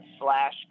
slash